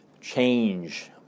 change